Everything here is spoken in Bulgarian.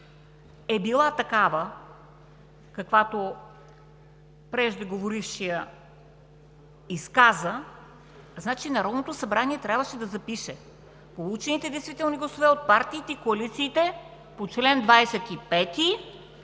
е била такава, каквато преждеговорившият изказа, значи Народното събрание трябваше да запише: „получените действителни гласове от партиите и коалициите по чл. 25 и